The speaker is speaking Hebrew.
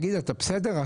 אתה בסדר?